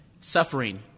suffering